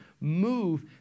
Move